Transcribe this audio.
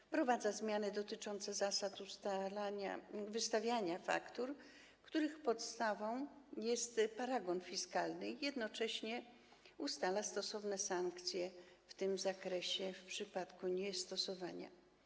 Wprowadza się zmiany dotyczące zasad wystawiania faktur, których podstawą jest paragon fiskalny, i jednocześnie ustala się stosowne sankcje w tym zakresie w przypadku ich niestosowania.